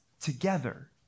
together